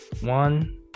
one